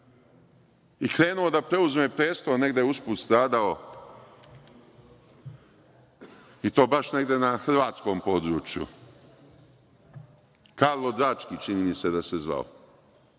i krenuo da preuzme presto, a negde usput stradao, i to baš negde na hrvatskom području, Karlo Drački, čini mi se da se zove.